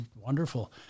wonderful